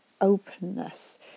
openness